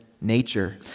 nature